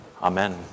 Amen